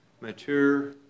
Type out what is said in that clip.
mature